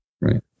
Right